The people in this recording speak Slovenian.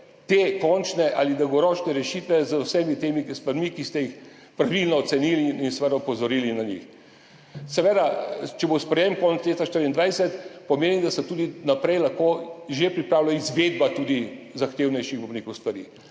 te končne ali dolgoročne rešitve z vsemi temi stvarmi, ki ste jih pravilno ocenili in opozorili na njih. Seveda, če bo sprejetje konec leta 2024, pomeni, da se tudi naprej lahko že pripravlja izvedba tudi zahtevnejših, bom rekel, stvari.